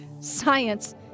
Science